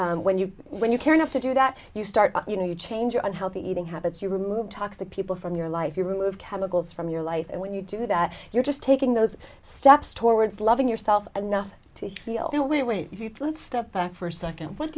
that when you when you care enough to do that you start you know you change your unhealthy eating habits you remove toxic people from your life you remove chemicals from your life and when you do that you're just taking those steps towards loving yourself enough to feel no wait wait if you step back for second what